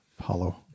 Paulo